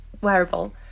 wearable